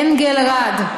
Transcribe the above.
אנגלרד,